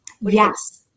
Yes